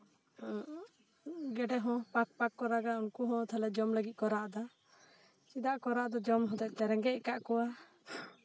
ᱜᱮᱰᱮ ᱦᱚᱸ ᱯᱟᱠ ᱯᱟᱠ ᱠᱚ ᱨᱟᱜᱟ ᱩᱱᱠᱩ ᱦᱚᱸ ᱛᱟᱦᱚᱞᱮ ᱡᱚᱢ ᱞᱟᱹᱜᱤᱫ ᱠᱚ ᱨᱟᱜ ᱮᱫᱟ ᱪᱮᱫᱟᱜ ᱠᱚ ᱨᱟᱜ ᱮᱫᱟ ᱡᱚᱢ ᱦᱚᱛᱮᱜ ᱛᱮ ᱨᱮᱸᱜᱮᱡ ᱠᱟᱜ ᱠᱚᱣᱟ